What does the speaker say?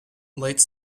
late